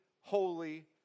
holy